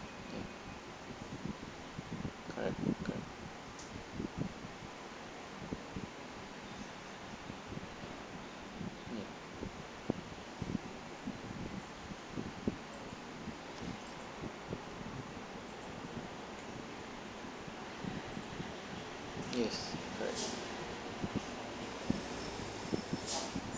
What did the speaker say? okay correct correct yup yes correct